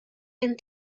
and